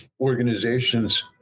organizations